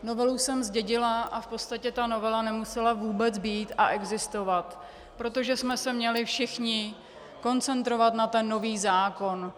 Novelu jsem zdědila a v podstatě ta novela nemusela vůbec být a existovat, protože jsme se měli všichni koncentrovat na nový zákon.